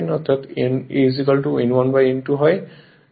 অর্থাৎ a n 1 n 2 হয়